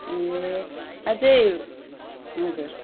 ए अझै हजुर